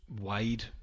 wide